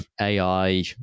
AI